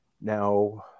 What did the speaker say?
Now